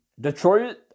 Detroit